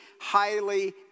highly